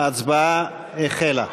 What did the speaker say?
ההצבעה החלה.